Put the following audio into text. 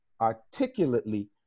articulately